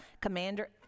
commander